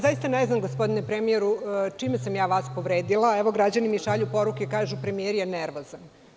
Zaista ne znam gospodine premijeru čime sam vas povredila, evo građani mi šalju poruke i kažu – premijer je nervozan.